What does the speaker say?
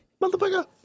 Motherfucker